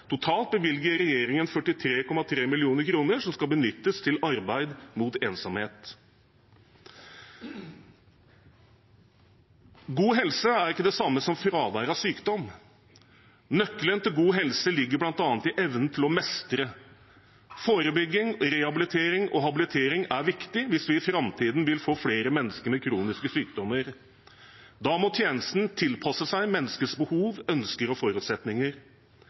Totalt bevilger regjeringen 43,3 mill. kr som skal benyttes til arbeid mot ensomhet. God helse er ikke det samme som fravær av sykdom. Nøkkelen til god helse ligger bl.a. i evnen til å mestre. Forebygging, rehabilitering og habilitering er viktig hvis vi i framtiden får flere mennesker med kroniske sykdommer. Da må tjenesten tilpasses menneskets behov, ønsker og forutsetninger.